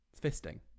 fisting